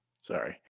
Sorry